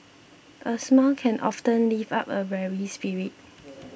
a smile can often lift up a weary spirit